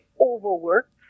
overworked